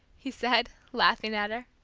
he said, laughing at her.